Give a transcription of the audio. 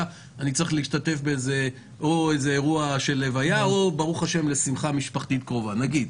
אני צריך להשתתף בלוויה או שמחה משפחתית קרובה נגיד.